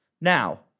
Now